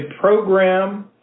program